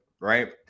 Right